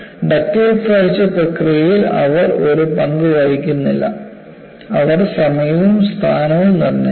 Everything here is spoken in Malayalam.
ഡക്റ്റൈൽ ഫ്രാക്ചർ പ്രക്രിയയിൽ അവർ ഒരു പങ്കു വഹിക്കുന്നില്ല അവർ സമയവും സ്ഥാനവും നിർണ്ണയിക്കുന്നു